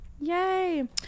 Yay